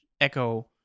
echo